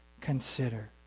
consider